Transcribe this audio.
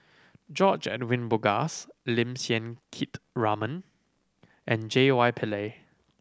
George Edwin Bogaars Lim Siang Keat Raymond and J Y Pillay